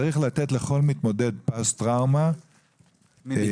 צריך לתת לכל מתמודד פוסט טראומה תו